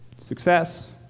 success